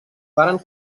varen